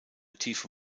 tiefe